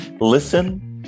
Listen